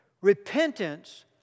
Repentance